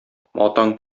атаң